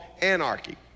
anarchy